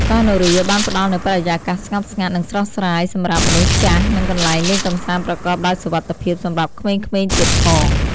កោះនរាបានផ្ដល់នូវបរិយាកាសស្ងប់ស្ងាត់ និងស្រស់ស្រាយសម្រាប់មនុស្សចាស់ និងកន្លែងលេងកម្សាន្តប្រកបដោយសុវត្ថិភាពសម្រាប់ក្មេងៗទៀតផង។